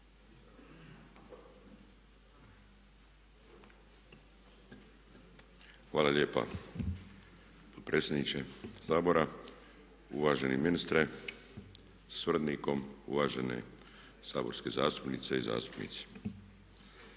Hvala lijepa potpredsjedniče Sabora, uvaženi ministre sa suradnikom, uvažene saborske zastupnice i zastupnici.